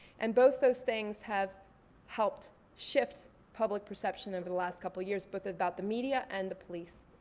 and both those things have helped shift public perception over the last couple of years both about the media and the police.